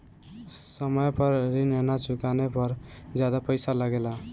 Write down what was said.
समय पर ऋण ना चुकाने पर ज्यादा पईसा लगेला?